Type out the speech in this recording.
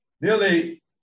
Nearly